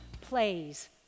plays